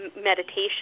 meditation